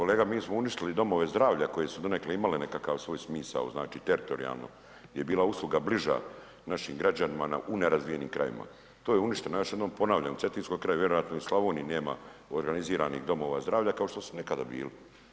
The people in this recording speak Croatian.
Kolega mi smo uništili domove zdravlja koji su donekle imali nekakav svoj smisao znači teritorijalno je bila usluga bliža našim građanima u nerazvijenim krajevima to je uništeno, još jednom ponavljam u Cetinskoj krajini vjerojatno ni u Slavoniji nema organiziranih domova zdravlja kao što su nekada bili.